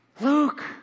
Luke